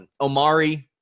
Omari